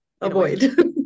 avoid